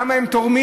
כמה הם תורמים,